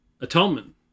atonement